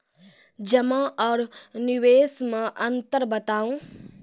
जमा आर निवेश मे अन्तर बताऊ?